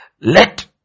Let